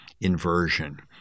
inversion